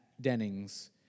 Dennings